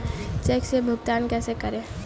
Check से भुगतान कैसे करें?